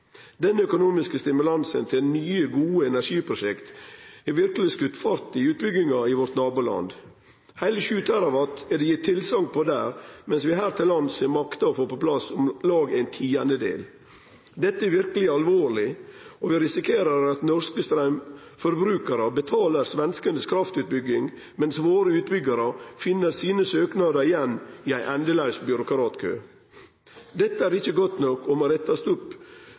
Denne økonomiske stimulansen til nye, gode energiprosjekt har verkeleg skote fart i utbygginga i vårt naboland. Heile sju terrawatt er det gitt tilsegn om der, mens vi her til lands har makta å få på plass om lag ein tiandedel. Dette er verkeleg alvorleg, og vi risikerer at norske straumforbrukarar betaler svenskanes kraftutbygging, mens våre utbyggjarar finn sine søknader igjen i ein endelaus byråkratkø. Dette er ikkje godt nok og må rettast opp